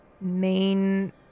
main